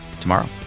tomorrow